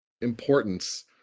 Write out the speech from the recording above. Importance